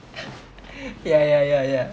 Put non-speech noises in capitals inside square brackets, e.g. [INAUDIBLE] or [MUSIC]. [LAUGHS] ya ya ya ya